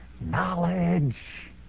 Knowledge